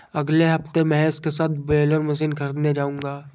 अगले हफ्ते महेश के साथ बेलर मशीन खरीदने जाऊंगा